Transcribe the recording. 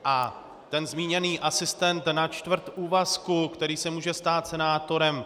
A ten zmíněný asistent na čtvrt úvazku, který se může stát senátorem.